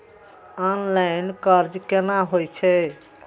Online कर्ज केना होई छै?